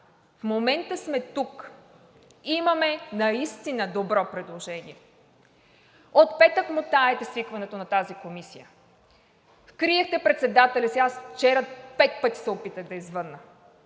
В момента сме тук – имаме наистина добро предложение. От петък мотаете свикването на тази комисия. Криете председателя си. Аз вчера пет пъти се опитах да ѝ звънна,